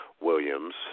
Williams